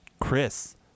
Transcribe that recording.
Chris